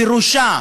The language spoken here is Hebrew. פירושה,